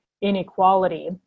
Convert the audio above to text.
inequality